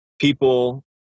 people